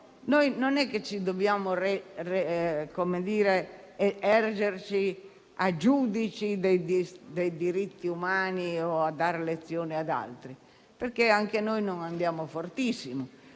Non dobbiamo ergerci a giudici dei diritti umani o dare lezioni ad altri, perché anche noi non andiamo fortissimo.